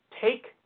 Take